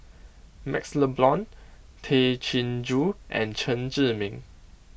MaxLe Blond Tay Chin Joo and Chen Zhiming